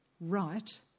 right